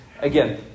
Again